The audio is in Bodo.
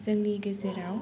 जोंनि गेजेराव